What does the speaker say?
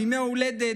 בימי הולדת,